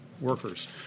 workers